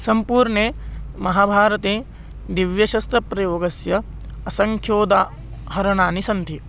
सम्पूर्णे महाभारते दिव्यशस्त्रप्रयोगस्य असङ्ख्योदाहरणानि सन्ति